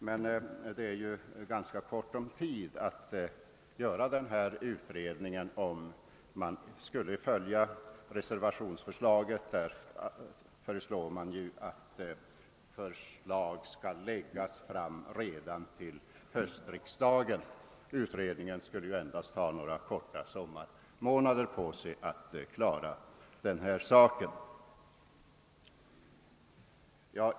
Man har emellertid ganska kort tid på sig att göra denna utredning, om man skall följa reservanternas önskan att förslag skall läggas fram redan till höstriksdagen. Utredningen skulle ju då endast ha några korta sommarmånader på sig för att klara denna uppgift.